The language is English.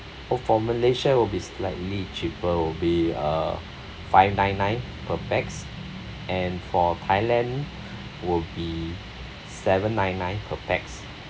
oh for malaysia will be slightly cheaper will be uh five nine nine per pax and for thailand will be seven nine nine per pax